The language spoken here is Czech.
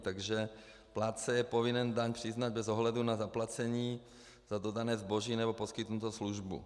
Takže plátce je povinen daň přiznat bez ohledu na zaplacení za dodané zboží nebo poskytnutou službu.